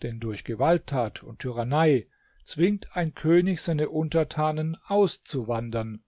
denn durch gewalttat und tyrannei zwingt ein könig seine untertanen auszuwandern